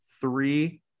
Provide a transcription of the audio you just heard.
three